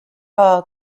all